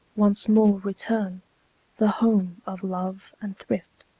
once more return the home of love and thrift.